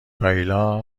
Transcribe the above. کایلا